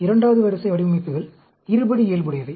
இரண்டாவது வரிசை வடிவமைப்புகள் இருபடி இயல்புடையவை